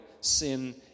sin